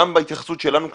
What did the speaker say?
גם בהתייחסות שלנו כלפיה,